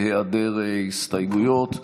בהיעדר הסתייגויות.